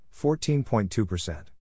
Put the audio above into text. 14.2%